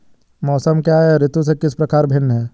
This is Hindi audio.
मौसम क्या है यह ऋतु से किस प्रकार भिन्न है?